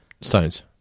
Stones